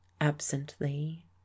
absently